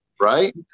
right